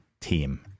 team